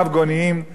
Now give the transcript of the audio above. פלורליסטיים,